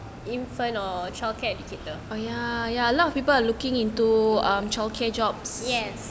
infant or childcare indicator yes